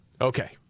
Okay